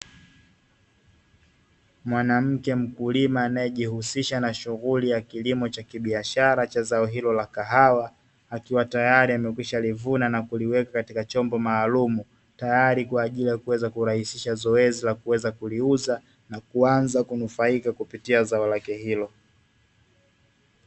Mwanamke mkulima anayejihusisha na shughuli ya kilimo cha kibiashara cha zao hilo la kahawa akiwa tayari amekwishalivuna na kuliweka katika chombo maalumu tayari kwa ajili ya kuweza kurahisisha zoezi la kuweza kuliuza na kuanza kunufaika kupitia zao lake hilo.